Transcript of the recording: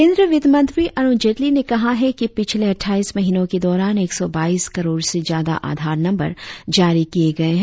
केंद्रीय वित्तमंत्री अरुण जेटली ने कहा है कि पिछले अटठाईस महीनों के दौरान एक सौ बाईस करोड़ से ज्यादा आधार नंबर जारी किए गए हैं